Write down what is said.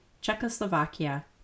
Czechoslovakia